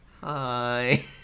Hi